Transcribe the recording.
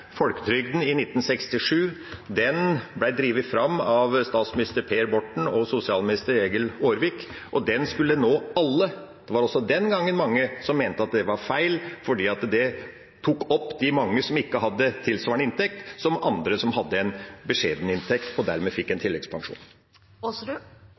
folketrygden i 1967. Den ble drevet fram av statsminister Per Borten og sosialminister Egil Aarvik, og den skulle nå alle. Det var også den gangen mange som mente at det var feil, fordi den tok opp de mange som ikke hadde tilsvarende inntekt som andre som hadde en beskjeden inntekt, og dermed fikk en